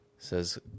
says